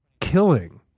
killing